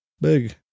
Big